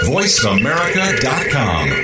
VoiceAmerica.com